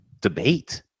debate